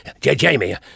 Jamie